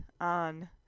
on